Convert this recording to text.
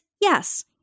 Yes